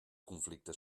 conflicte